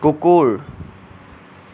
কুকুৰ